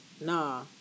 nah